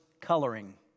coloring